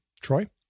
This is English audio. Troy